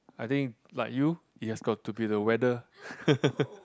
I think like you it has got to be the weather